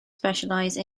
specialize